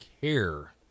care